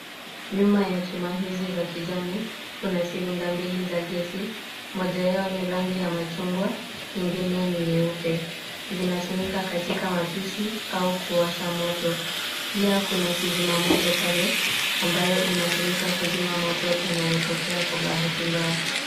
Nyuma ya chuma hizi za kijani kuna silinda mbili za gesi. Moja yao ni rangi ya machungwa, nyingine ni nyeupe. Zinatumika katika wapishi au kuwasha moto. Pia kuna kizima moto pale ambayo inatumika kuzima moto inayotokea kwa bahati mbaya.